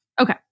Okay